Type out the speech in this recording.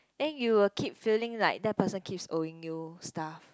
then you will keep feeling like that person keeps owing you stuff